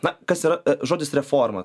na kas yra žodis reforma